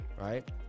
right